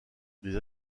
des